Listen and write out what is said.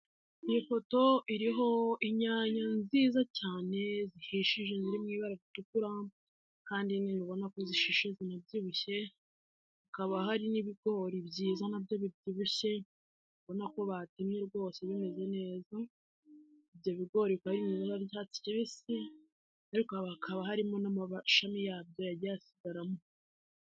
Iyi foto iriho inyanya nziza cyane zihishije ziri mu ibara ritukura kandi nyine ubona ko zishishe zinabyibushye hakaba hari n'ibigori byiza nabyo bibyibushye ubona ko batemye rwose bimeze neza ibyo bigori kandi biri mu ibara ry'icyatsi kibisi ariko hakaba harimo n'amashami yabyo yagiye asigaramo.